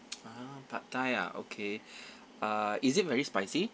ah pad thai ah okay uh is it very spicy